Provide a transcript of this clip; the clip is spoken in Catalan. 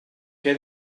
què